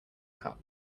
cup